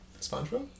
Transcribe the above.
SpongeBob